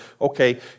okay